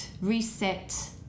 reset